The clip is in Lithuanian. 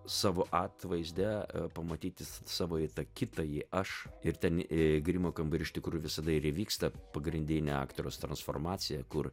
savo atvaizde pamatyti savo tą kitąjį aš ir ten grimo kambarį iš tikrųjų visada ir įvyksta pagrindinė aktoriaus transformacija kur